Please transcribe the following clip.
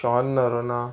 shown Noronha